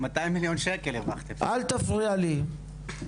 אל תפריע לי.